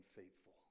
faithful